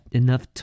enough